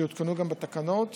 שיותקנו גם בתקנות.